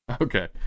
Okay